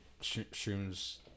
shrooms